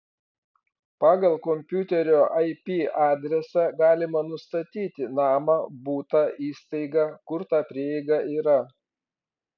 pagal kompiuterio ip adresą galima nustatyti namą butą įstaigą kur ta prieiga yra